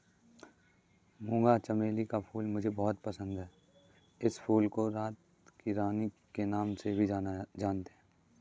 मूंगा चमेली का फूल मुझे बहुत अधिक पसंद है इस फूल को रात की रानी के नाम से भी जानते हैं